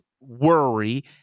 worry